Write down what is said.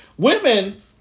Women